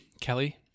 Kelly